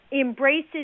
embraces